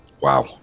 wow